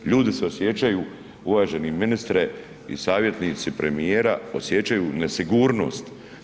Ljudi se osjećaju, uvaženi ministre i savjetnici premijera, osjećaju nesigurnost.